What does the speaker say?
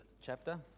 chapter